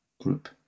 group